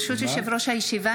ברשות יושב-ראש הישיבה,